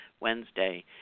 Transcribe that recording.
Wednesday